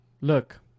look